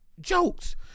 jokes